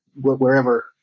wherever